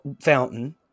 fountain